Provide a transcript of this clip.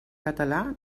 català